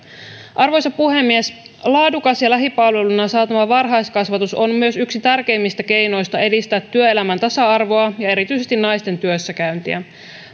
arvoisa puhemies laadukas ja lähipalveluna saatava varhaiskasvatus on myös yksi tärkeimmistä keinoista edistää työelämän tasa arvoa ja erityisesti naisten työssäkäyntiä